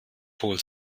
holt